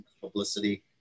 publicity